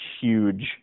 huge